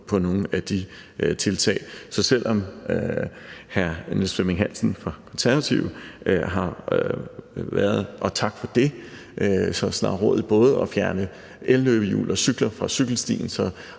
på nogle af de tiltag. Så selv om hr. Niels Flemming Hansen fra Konservative har været så snarrådig både at fjerne elløbehjul og cykler fra cykelstien, og